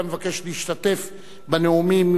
כל המבקש להשתתף בנאומים,